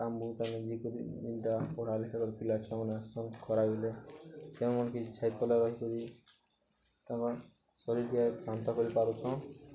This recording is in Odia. କାମ ବୁ ତାମେ ଯେକରି ଏଟା ପଢ଼ା ଲେଖା ପିଲାଛୁଆମାନେ ଆସ ଖରାବେଲେ ସେଉଁମାନେ କିଛି ଛାଇ ତଲା ରହିକରି ତାଙ୍କ ଶରୀରକେ ଶାନ୍ତ କରିପାରୁଛନ୍